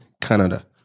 Canada